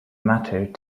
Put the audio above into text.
mattered